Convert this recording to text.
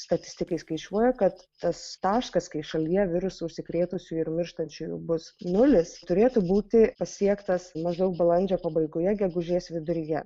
statistikai skaičiuoja kad tas taškas kai šalyje virusu užsikrėtusių ir mirštančiųjų bus nulis turėtų būti pasiektas maždaug balandžio pabaigoje gegužės viduryje